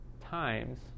times